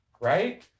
Right